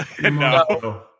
No